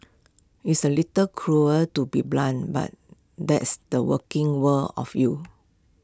it's A little cruel to be blunt but that's the working world of you